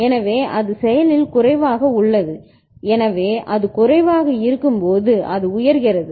எனவே அது செயலில் குறைவாக உள்ளது எனவே அது குறைவாக இருக்கும்போது அது உயர்கிறது